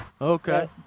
Okay